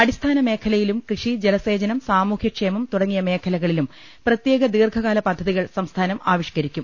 അടിസ്ഥാന മേഖലയിലും കൃഷി ജലസേചനം സാമൂഹ്യക്ഷേമം തുടങ്ങിയ മേഖലകളിലും പ്രത്യേക ദീർഘകാല പദ്ധതികൾ സംസ്ഥാനം ആവിഷ്ക്കരിക്കും